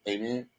Amen